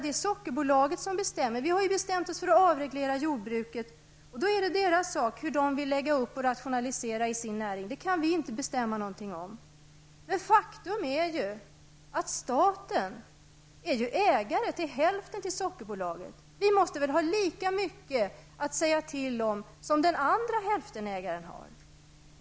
Det är Sockerbolaget som bestämmer. Vi har ju bestämt oss för att avreglera jordbruket, och då är det deras sak hur de vill lägga upp och rationalisera sin näring. Det kan vi inte bestämma någonting om. Men faktum är ju att staten är ägare till hälften av Sockerbolaget. Staten måste väl ha lika mycket att säga till om som den andra hälftenägaren har.